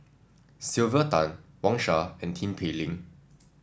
Sylvia Tan Wang Sha and Tin Pei Ling